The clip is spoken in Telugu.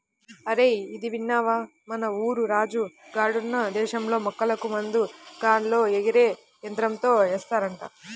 అరేయ్ ఇదిన్నవా, మన ఊరు రాజు గాడున్న దేశంలో మొక్కలకు మందు గాల్లో ఎగిరే యంత్రంతో ఏస్తారంట